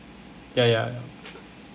ya ya ya